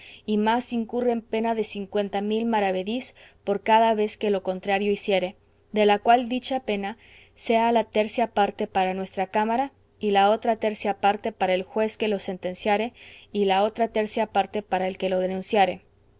y más incurra en pena de cincuenta mil maravedís por cada vez que lo contrario hiciere de la cual dicha pena sea la tercia parte para nuestra cámara y la otra tercia parte para el juez que lo sentenciare y la otra tercia parte par el que lo denunciare